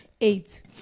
Eight